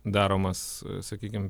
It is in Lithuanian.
daromas sakykim